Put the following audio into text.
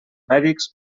mèdics